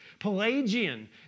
Pelagian